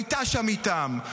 הייתה שם איתם,